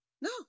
No